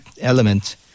element